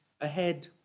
ahead